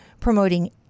promoting